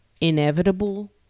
inevitable